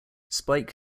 spike